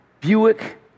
Buick